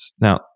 Now